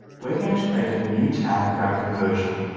we're going to create a new tag for our conversion.